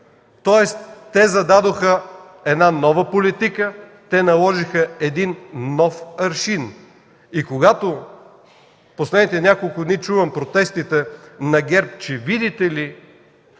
Тоест те зададоха една нова политика, наложиха един нов аршин. Когато последните няколко дни чувам протестите на ГЕРБ, че, видите ли,